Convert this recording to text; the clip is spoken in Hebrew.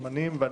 הדיון: